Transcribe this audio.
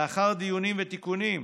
לאחר דיונים ותיקונים,